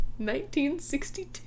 1962